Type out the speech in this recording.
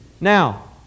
now